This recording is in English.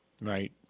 Right